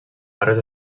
barres